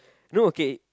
no okay